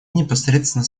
непосредственно